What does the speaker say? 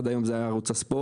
עד היום זה היה ערוץ הספורט.